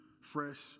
fresh